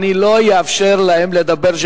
אני לא אאפשר להם לדבר.